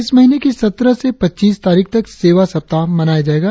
इस महीने की सत्रह से पच्चीस तारीख तक सेवा सप्ताह मनाया जायेगा